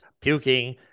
puking